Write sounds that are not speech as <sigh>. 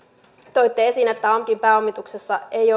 toitte esiin että amkin pääomituksesta ei <unintelligible>